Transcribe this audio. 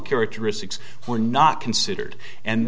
characteristics were not considered and